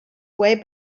way